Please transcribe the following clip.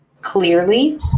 clearly